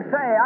Say